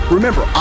Remember